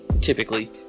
typically